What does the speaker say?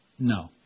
No